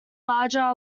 larger